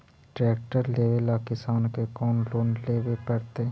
Tractor लेवेला किसान के कौन लोन लेवे पड़तई?